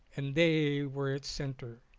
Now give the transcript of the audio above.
and they were its centre.